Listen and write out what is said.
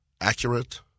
accurate